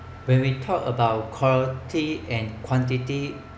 when we talk about quality and quantity